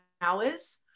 hours